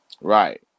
right